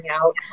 out